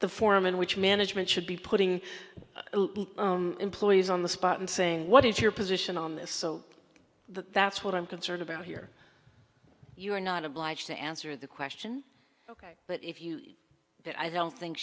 the forum in which management should be putting employees on the spot and saying what is your position on this so that's what i'm concerned about here you are not obliged to answer the question ok but if you i don't think